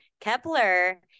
Kepler